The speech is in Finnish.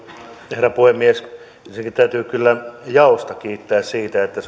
herra puhemies ensinnäkin täytyy kyllä jaostoa kiittää siitä että